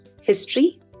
history